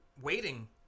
waiting